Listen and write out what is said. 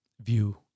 view